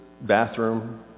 bathroom